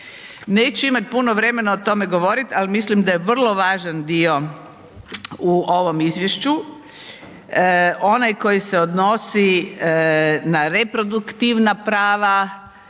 Neću imat puno vremena o tome govorit, al mislim da je vrlo važan dio u ovom izvješću, onaj koji se odnosi na reproduktivna prava